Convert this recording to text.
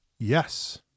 Yes